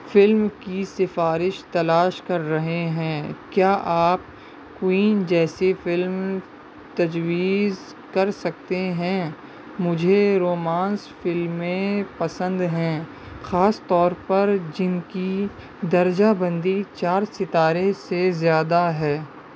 film کی سفارش تلاش کر رہے ہیں کیا آپ کوئن جیسی فلم تجویز کر سکتے ہیں مجھے رومانس فلمیں پسند ہیں خاص طور پر جن کی درجہ بندی چار ستارے سے زیادہ ہے